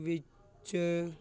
ਵਿੱਚ